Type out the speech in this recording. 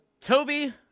Toby